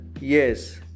Yes